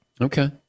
Okay